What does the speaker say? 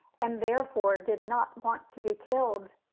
and therefore did not want to be killed.